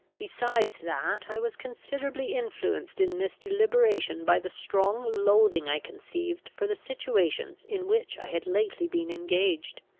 besides, that i was considerably influenced in this deliberation by the strong loathing i conceived for the situations in which i had lately been engaged.